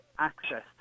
access